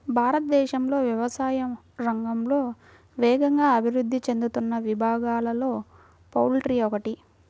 భారతదేశంలో వ్యవసాయ రంగంలో వేగంగా అభివృద్ధి చెందుతున్న విభాగాలలో పౌల్ట్రీ ఒకటి